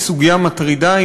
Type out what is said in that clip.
היא סוגיה מטרידה,